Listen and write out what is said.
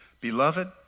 Beloved